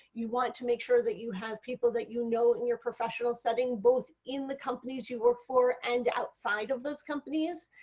you want to make sure that you have people that you know in your professional setting, both in the companies that you work for and outside of those companies.